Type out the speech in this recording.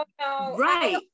right